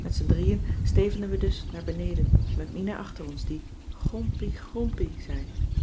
met z'n drieën stevenden we dus naar beneden met mina achter ons die gompie gompie zei